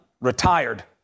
retired